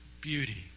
beauty